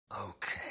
Okay